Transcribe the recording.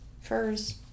Furs